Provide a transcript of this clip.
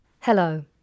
Hello